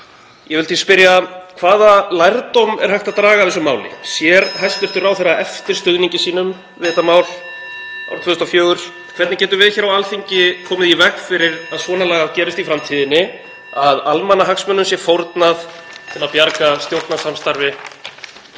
Ég vil því spyrja: Hvaða lærdóm er hægt að draga af þessu máli? (Forseti hringir.) Sér hæstv. ráðherra eftir stuðningi sínum við þetta mál árið 2004? Hvernig getum við hér á Alþingi komið í veg fyrir að svona lagað gerist í framtíðinni, að almannahagsmunum sé fórnað til að bjarga stjórnarsamstarfi